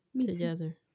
together